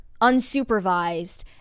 unsupervised